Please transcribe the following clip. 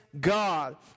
God